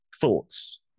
thoughts